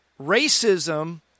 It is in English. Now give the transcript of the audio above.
racism